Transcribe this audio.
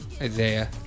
Isaiah